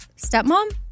stepmom